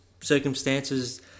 circumstances